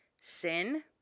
sin